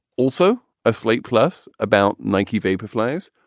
also a slate plus about nike vapor flay's.